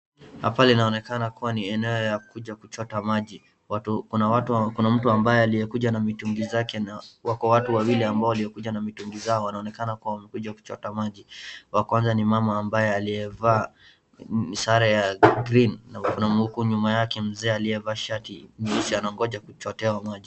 Hapa linaonekana kuwa ni eneo ya kuja kuchota maji. Watu, kuna mtu ambaye aliyekuja na mitungi zake na kuna watu wawili wamekuja na mitungi zao wamekuja kuchota maji wa kwanza ni mama ambaye aliyevaa sare ya green na huku nyuma mzee aliyevaa shati nyeusi anangoja kuchotewa maji.